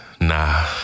Nah